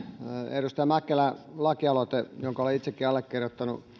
edustaja mäkelän lakialoite jonka olen itsekin allekirjoittanut